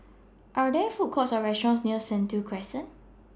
Are There Food Courts Or restaurants near Sentul Crescent